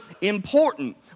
important